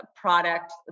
product